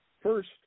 first